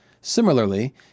Similarly